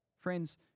friends